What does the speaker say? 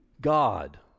God